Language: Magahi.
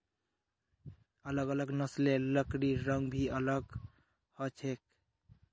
अलग अलग नस्लेर लकड़िर रंग भी अलग ह छे